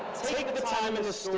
take the time in